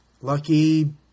Lucky